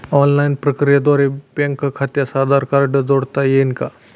Online प्रक्रियेद्वारे bank खात्यास Aadhaar card जोडता येईल का?